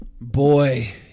Boy